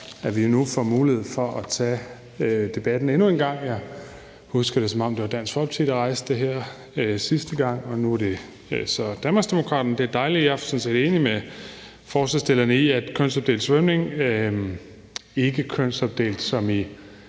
at vi nu får mulighed for at tage debatten endnu en gang. Jeg husker det, som om det var Dansk Folkeparti, der rejste det her sidste gang, og nu er det så Danmarksdemokraterne, og det er dejligt. Jeg er sådan set enig med forslagsstillerne i forhold til kønsopdelt svømning, altså ikke kønsopdelt,